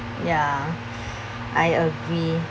ya I agree